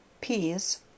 Peas